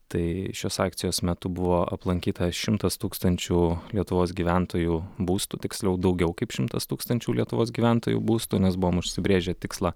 tai šios akcijos metu buvo aplankyta šimtas tūkstančių lietuvos gyventojų būstų tiksliau daugiau kaip šimtas tūkstančių lietuvos gyventojų būstų nes buvom užsibrėžę tikslą